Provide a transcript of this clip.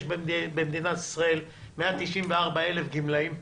יש במדינת ישראל 194,000 גמלאים,